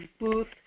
booth